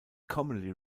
commonly